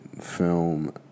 film